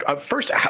first